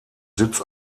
sitz